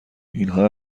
اینها